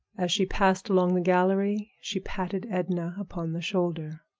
as she passed along the gallery she patted edna upon the shoulder.